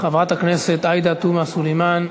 חברת הכנסת עאידה תומא סלימאן,